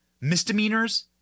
misdemeanors